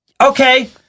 Okay